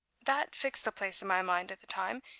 that fixed the place in my mind at the time,